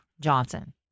Johnson